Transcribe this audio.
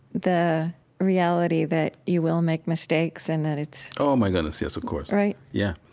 the reality that you will make mistakes and that it's, oh, my goodness, yes, of course right? yeah,